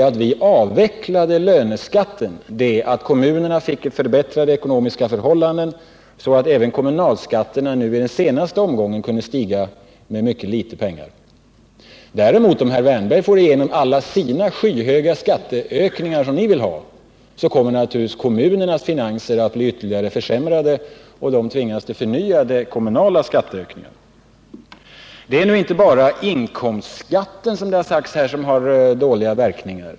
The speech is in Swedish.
Att vi avvecklade löneskatten innebar dock förbättrade ekonomiska förhållanden för kommunerna, så att kommunalskatten i den senaste omgången kunde stiga mycket litet. Om herr Wärnberg får igenom alla de skyhöga skatteökningar som socialdemokraterna vill ha kommer naturligtvis kommunernas finanser att bli ytterligare försämrade. De tvingas då till förnyade kommunala skattehöjningar. Det är nu inte bara inkomstskatten som har dåliga verkningar.